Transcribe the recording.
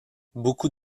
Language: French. beaucoup